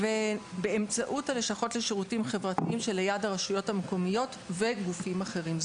באמצעות הלשכות לשירותים חברתיים שליד הרשויות המקומיות וגופים אחרים.